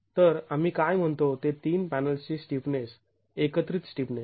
तर आम्ही काय म्हणतो ते तीन पॅनल्सची स्टिफनेस एकत्रित स्टिफनेस